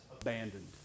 abandoned